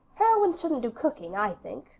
heroines shouldn't do cooking, i think.